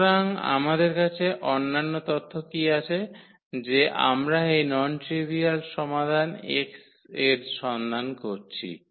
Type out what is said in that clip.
সুতরাং আমাদের কাছে অন্যান্য তথ্য কী আছে যে আমরা এই নন ট্রিভিয়াল সমাধান x এর সন্ধান করছি